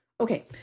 Okay